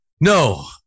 No